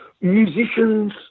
musicians